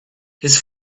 his